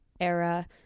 era